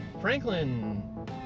Franklin